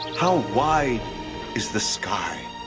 how wide is the sky?